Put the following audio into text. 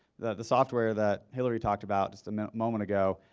the the software that hilary talked about just a moment ago,